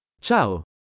Ciao